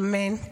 אמן.